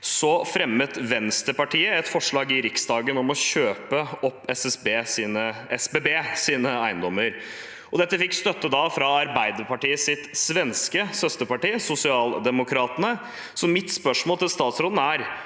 fremmet Vänsterpartiet i Sverige et forslag i Riksdagen om å kjøpe opp SBBs ei endommer. Dette fikk støtte fra Arbeiderpartiets svenske søsterparti, Socialdemokraterna, så mitt spørsmål til statsråden er: